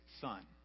Son